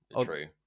true